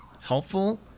helpful